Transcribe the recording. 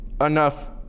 enough